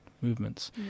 movements